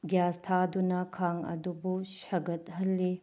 gas ꯊꯥꯗꯨꯅ ꯈꯥꯡ ꯑꯗꯨꯕꯨ ꯁꯥꯒꯠꯍꯟꯂꯤ